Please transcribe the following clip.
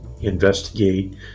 investigate